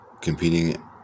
competing